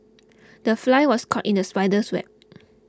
the fly was caught in the spider's web